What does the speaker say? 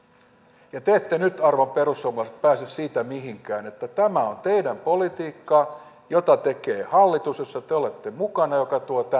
ja te ette nyt arvon perussuomalaiset pääse mihinkään siitä että tämä on teidän politiikkaanne jota tekee hallitus jossa te olette mukana ja joka tuo tänne ehdotukset